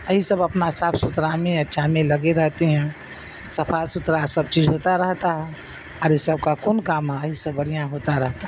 یہی سب اپنا صاف ستھرا ہمیں اچھا می لگی رہتے ہیں صفا ستھرا سب چیز ہوتا رہتا ہے اور یہ سب کا کون کام ہے یہی سب بڑھیا ہوتا رہتا ہے